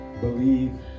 Believe